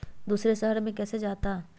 दूसरे शहर मे कैसे जाता?